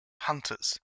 hunters